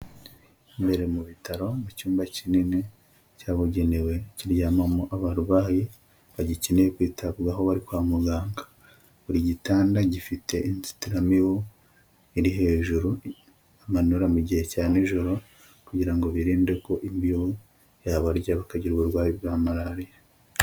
Imbere mu bitaro mu cyumba kinini cyabugenewe kiryamamo abarwayi bagikeneye kwitabwaho bari kwa muganga, buri gitanda gifite inzitiramibu iri hejuru bamanura mu gihe cya nijoro kugira ngo birinde ko imibu yabarya bakagira uburwayi bwa malariya.